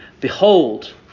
Behold